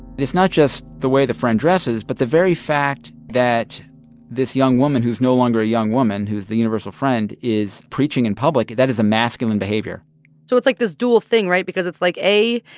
it's not just the way the friend dresses but the very fact that this young woman who's no longer a young woman, who's the universal friend, is preaching in public that is a masculine behavior so it's like this dual thing right? because it's like, a,